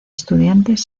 estudiantes